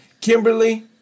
Kimberly